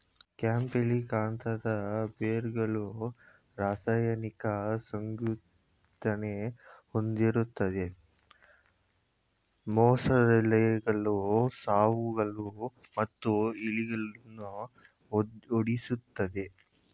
ಕ್ಯಾಂಪಿಲಿಕಾಂತದ್ ಬೇರ್ಗಳು ರಾಸಾಯನಿಕ ಸಂಯುಕ್ತನ ಹೊಂದಿರ್ತದೆ ಮೊಸಳೆಗಳು ಹಾವುಗಳು ಮತ್ತು ಇಲಿಗಳನ್ನ ಓಡಿಸ್ತದೆ